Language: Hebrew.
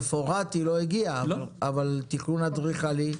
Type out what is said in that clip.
מפורט היא לא הגיעה, אבל תכנון אדריכלי?